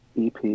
EP